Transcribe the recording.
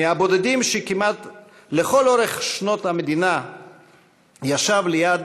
מהבודדים שכמעט לכל אורך שנות המדינה ישבו ליד